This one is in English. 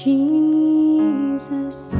Jesus